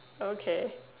okay